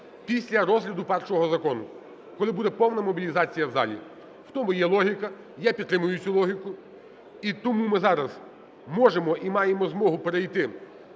після розгляду першого закону, коли буде повна мобілізація в залі. В тому є логіка, я підтримую цю логіку. І тому ми зараз можемо і маємо змогу перейти